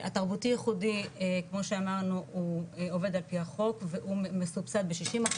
התרבותי ייחודי כמו שאמר לנו עובד על פי החוק וההוא מסובסד ב-60%,